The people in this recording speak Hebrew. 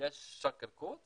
יש שרק אל-קודס,